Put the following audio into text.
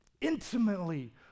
intimately